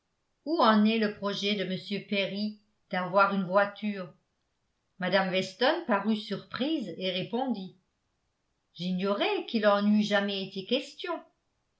où en est le projet de m perry d'avoir une voiture mme weston parut surprise et répondit j'ignorais qu'il en eût jamais été question